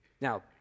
Now